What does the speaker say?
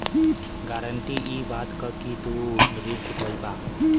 guarantee इ बात क कि तू ऋण चुकइबा